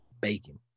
bacon